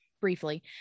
briefly